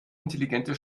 intelligente